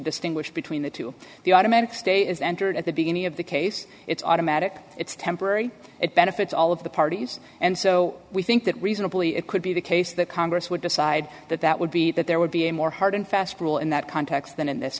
distinguish between the two the automatic stay is entered at the beginning of the case it's automatic it's temporary it benefits all of the parties and so we think that reasonably it could be the case that congress would decide that that would be that there would be a more hard and fast rule in that context than in this